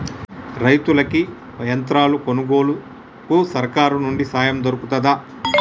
రైతులకి యంత్రాలు కొనుగోలుకు సర్కారు నుండి సాయం దొరుకుతదా?